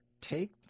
Take